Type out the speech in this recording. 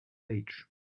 beach